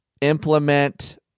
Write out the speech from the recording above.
implement